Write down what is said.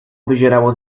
wyzierało